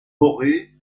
morée